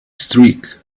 streak